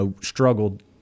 struggled